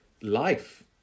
life